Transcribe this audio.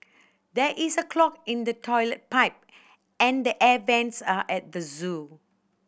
there is a clog in the toilet pipe and the air vents are at the zoo